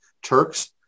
Turks